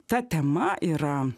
ta tema yra